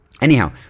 Anyhow